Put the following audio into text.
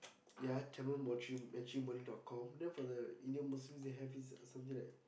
ya Tamil matri~ matrimony dot com then for the Indian Muslims they have this a something like